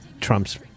Trump's